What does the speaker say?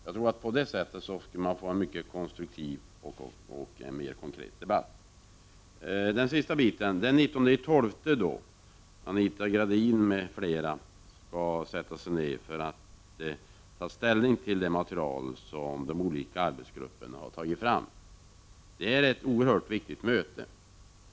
Jag tror att man på det sättet kan få en mer konstruktiv och konkret debatt. Den 19 december skall Anita Gradin m.fl. sätta sig ned för att ta ställning till det material som de olika arbetsgrupperna har tagit fram. Det är ett oerhört viktigt möte.